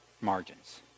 margins